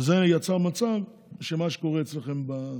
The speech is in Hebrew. וזה יצר את המצב שקורה אצלכם.